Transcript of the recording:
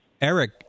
Eric